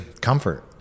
comfort